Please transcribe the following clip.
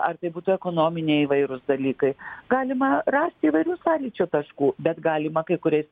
ar tai būtų ekonominiai įvairūs dalykai galima rasti įvairių sąlyčio taškų bet galima kai kuriais